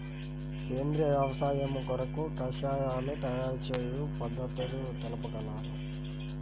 సేంద్రియ వ్యవసాయము కొరకు కషాయాల తయారు చేయు పద్ధతులు తెలుపగలరు?